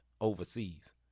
overseas